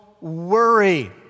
worry